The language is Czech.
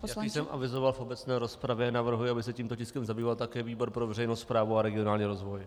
Jak už jsem avizoval v obecné rozpravě, navrhuji, aby se tímto tiskem zabýval také výbor pro veřejnou správu a regionální rozvoj.